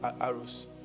arrows